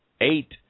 eight